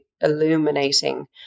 illuminating